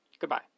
Goodbye